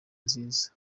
nziza